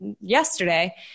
yesterday